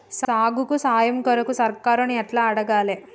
సాగుకు సాయం కొరకు సర్కారుని ఎట్ల అడగాలే?